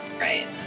Right